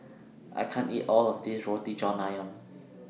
I can't eat All of This Roti John Ayam